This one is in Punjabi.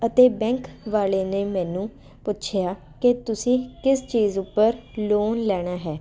ਅਤੇ ਬੈਂਕ ਵਾਲੇ ਨੇ ਮੈਨੂੰ ਪੁੱਛਿਆ ਕਿ ਤੁਸੀਂ ਕਿਸ ਚੀਜ਼ ਉੱਪਰ ਲੋਨ ਲੈਣਾ ਹੈ